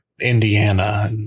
indiana